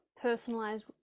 personalized